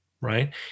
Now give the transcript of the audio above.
Right